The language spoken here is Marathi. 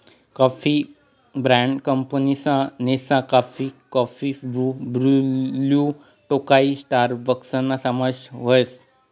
कॉफी ब्रँड कंपनीसमा Nescafe, coffee Bru, Blue Tokai स्टारबक्सना समावेश व्हस